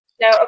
No